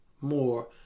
more